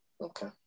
Okay